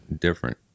different